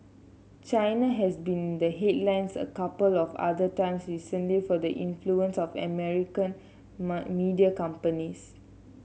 China has been in the headlines a couple of other times recently for the influence of American media companies